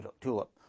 tulip